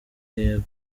yego